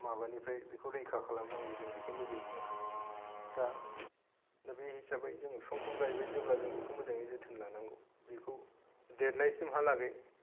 माबानिफ्राय बेखौ रैखा खालामनांगौ जों बेखौ नोजोर बोया दा बे हिसाबै जों फिफांखौ गायबाय जेला जों बेखौ मोजाङै जोथोन लानांगौ बेखौ देरनायसिमहालागै